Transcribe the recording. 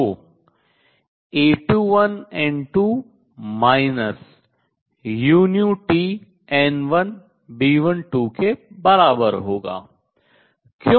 जो A21N2 uTN1B12 के बराबर होगा